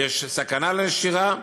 או יש סכנה לנשירה.